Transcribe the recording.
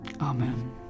Amen